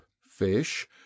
fish